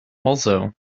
also